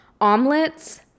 omelets